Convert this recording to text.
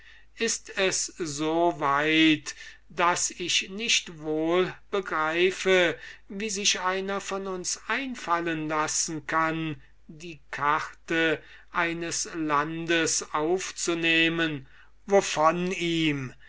ist es so weit daß ich nicht wohl begreife wie sich einer von uns einfallen lassen kann die charte eines landes aufzunehmen wovon ihm